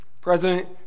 President